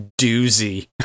doozy